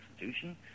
Constitution